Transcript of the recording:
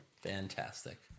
Fantastic